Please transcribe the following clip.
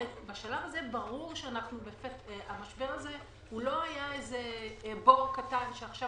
הרי בשלב הזה ברור שהמשבר הזה לא היה בור קטן שעכשיו